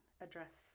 address